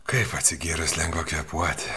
kaip atsigėrus lengva kvėpuoti